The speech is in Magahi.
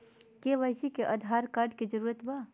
के.वाई.सी में आधार कार्ड के जरूरत बा?